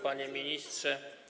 Panie Ministrze!